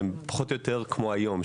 הן פחות או יותר כמו היום.